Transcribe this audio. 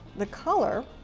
the color,